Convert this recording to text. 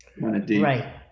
Right